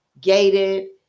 gated